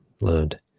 learned